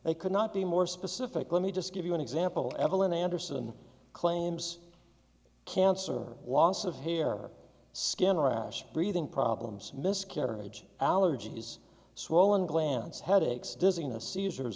they could not be more specific let me just give you an example evelyn anderson claims cancer loss of hair skin rash breathing problems miscarriage allergies swollen glands headaches dizziness seizures